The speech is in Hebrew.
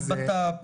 משרד הבט"פ,